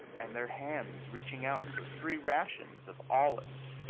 and their hands reaching out for free rations of olives,